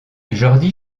jordi